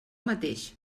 mateix